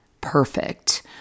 perfect